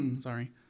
sorry